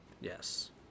Yes